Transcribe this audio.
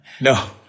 No